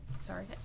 sorry